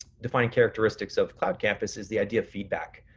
defining characteristics of cloud campus is the idea of feedback.